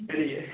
ठीक ऐ